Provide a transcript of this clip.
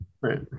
Right